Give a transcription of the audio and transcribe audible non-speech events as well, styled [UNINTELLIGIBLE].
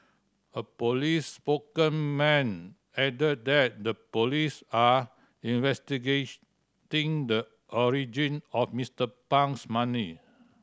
a police spokesman added that the police are [UNINTELLIGIBLE] the origin of Mister Pang's money